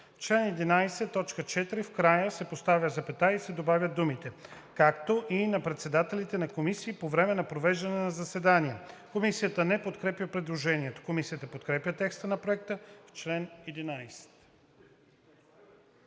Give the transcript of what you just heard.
чл. 11, т. 4, в края се поставя запетая и се добавят думите: „както и на председателите на комисии по време на провеждане на заседание“.“ Комисията не подкрепя предложението. Комисията подкрепя текста на Проекта за чл. 11.